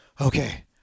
okay